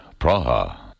Praha